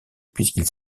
puisqu’il